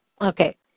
Okay